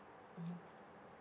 mmhmm